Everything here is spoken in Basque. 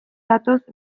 datoz